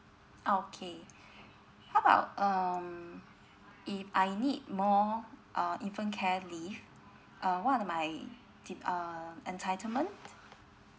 okay how about um if I need more uh infant care leave uh what are my de~ uh entitlement